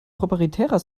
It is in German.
proprietärer